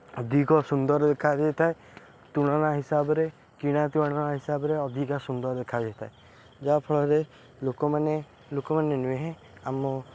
ଅଧିକ ସୁନ୍ଦର ଦେଖାଯାଇଥାଏ ତୁଳାନା ହିସାବରେ କିଣା ତୁଳନା ହିସାବରେ ଅଧିକ ସୁନ୍ଦର ଦେଖାଯାଇଥାଏ ଯାହା ଫଳରେ ଲୋକମାନେ ଲୋକମାନେ ନୁହେଁ ଆମ